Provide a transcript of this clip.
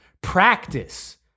Practice